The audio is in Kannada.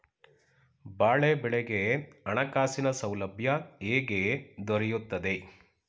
ಬಾಳೆ ಬೆಳೆಗೆ ಹಣಕಾಸಿನ ಸೌಲಭ್ಯ ಹೇಗೆ ದೊರೆಯುತ್ತದೆ?